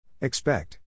Expect